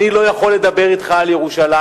אני לא יכול לדבר אתך על ירושלים,